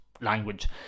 language